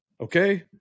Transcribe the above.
Okay